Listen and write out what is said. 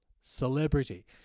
celebrity